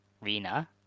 Rina